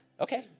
Okay